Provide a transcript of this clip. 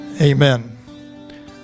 Amen